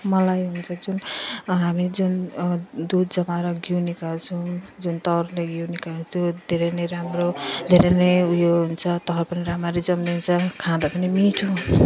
मलाई हुन्छ जुन हामी जुन दुध जमाएर घिउ निकाल्छौँ जुन तवरले घिउ निकाल्छौँ धेरै नै राम्रो धेरै नै उयो हुन्छ तर पनि राम्ररी जमिदिन्छ खाँदा पनि मिठो हुन्छ